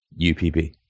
UPB